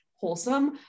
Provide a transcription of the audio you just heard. wholesome